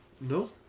no